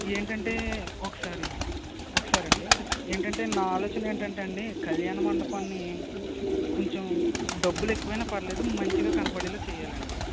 ఏంటంటే ఒకసారి ఒకసారి అండి ఏంటంటే నా ఆలోచన ఏంటంటే అండి కళ్యాణమండపాన్ని కొంచెం డబ్బులు ఎక్కువైనా పర్వాలేదు మంచిగా కనపడేలా చేయాలి అండి